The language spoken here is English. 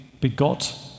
begot